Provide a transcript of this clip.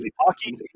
Hockey